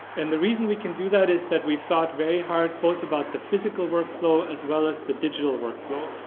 and the reason we can do that is that we thought very hard about the physical work flow, as well as the digital work flow,